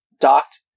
docked